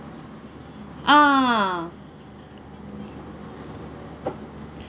ah